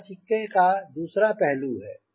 तो यह सिक्के का दूसरा पहलू है